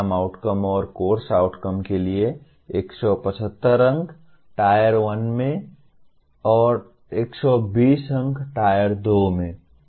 programme outcome और course outcome के लिए 175 अंक Tier 1 में और 120 अंक Tier 2 में हैं